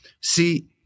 See